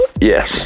Yes